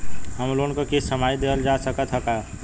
Home loan क किस्त छमाही देहल जा सकत ह का?